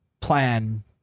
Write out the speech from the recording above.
plan